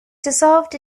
dissolved